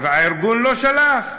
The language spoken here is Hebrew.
הארגון לא שלח.